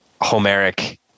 Homeric